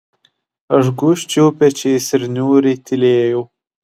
aš gūžčiojau pečiais ir niūriai tylėjau